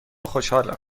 خوشحالم